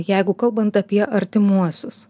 jeigu kalbant apie artimuosius